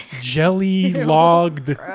jelly-logged